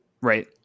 Right